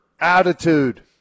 attitude